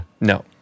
No